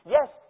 Yes